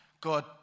God